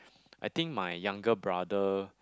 I think my younger brother